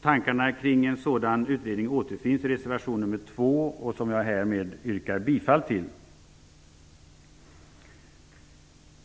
Tankarna kring en sådan utredning återfinns i reservation nr 2, som jag härmed yrkar bifall till.